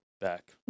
back